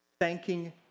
thanking